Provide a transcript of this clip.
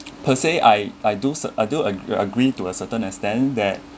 per se I I do I do agree agree to a certain extent that